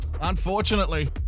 Unfortunately